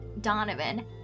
donovan